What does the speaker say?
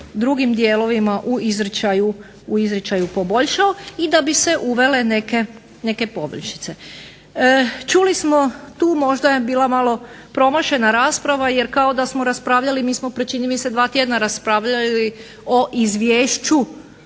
drugim dijelovima u izričaju poboljšao i da bi se uvele neke poboljšice. Čuli smo, tu možda je bila malo promašena rasprava jer kao da smo raspravljali. Mi smo pred čini mi se dva tjedna raspravljali o Izvješću